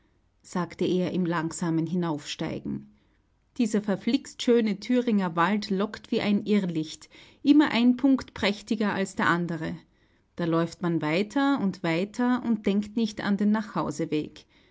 sagte er im langsamen hinaufsteigen dieser verflixt schöne thüringer wald lockt wie ein irrlicht immer ein punkt prächtiger als der andere da läuft man weiter und weiter und denkt nicht an den nachhauseweg